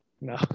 no